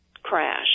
Crash